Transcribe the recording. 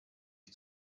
ich